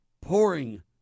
pouring